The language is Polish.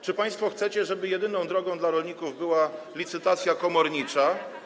Czy państwo chcecie, żeby jedyną drogą dla rolników była licytacja komornicza?